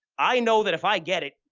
i know that if i get it,